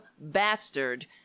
bastard